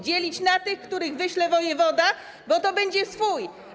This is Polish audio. Dzielić na tych, których wyśle wojewoda, bo to będzie swój.